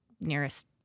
nearest